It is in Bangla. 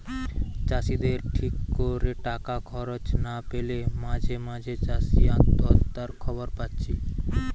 চাষিদের ঠিক কোরে টাকা খরচ না পেলে মাঝে মাঝে চাষি আত্মহত্যার খবর পাচ্ছি